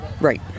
Right